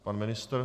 Pan ministr?